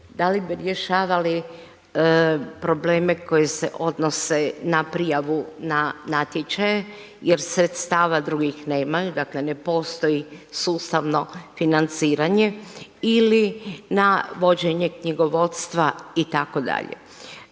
da li bi rješavali probleme koji se odnose na prijavu na natječaje jer sredstava drugih nemaju, dakle ne postoji sustavno financiranje ili na vođenje knjigovodstva itd..